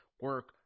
Work